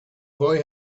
boy